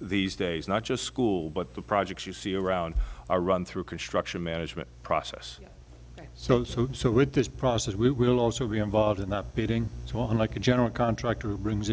these days not just school but the projects you see around a run through construction management process so so so read this process we will also be involved in that beating like a general contractor who brings